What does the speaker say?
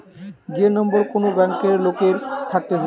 যে নম্বর কোন ব্যাংকে লোকের থাকতেছে